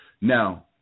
Now